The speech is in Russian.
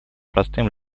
простым